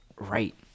right